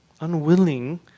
unwilling